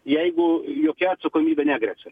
jeigu jokia atsakomybė negresia